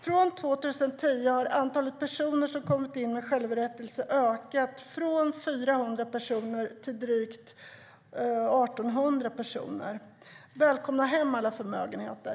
Sedan 2010 har antalet personer som kommit in med självrättelser ökat från 400 till drygt 1 800. Välkomna hem, alla förmögenheter!